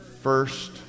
first